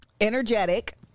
Energetic